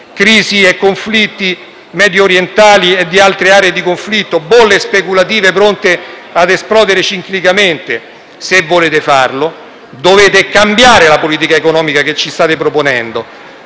crisi e conflitti mediorientali e di altre aree di conflitto, bolle speculative pronte ad esplodere ciclicamente, dovete cambiare la politica economica che ci state proponendo.